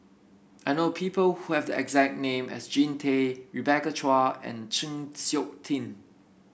I know people who have the exact name as Jean Tay Rebecca Chua and Chng Seok Tin